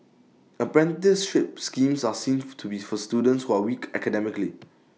apprenticeship schemes are seen to be for students who are weak academically